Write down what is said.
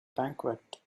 banquet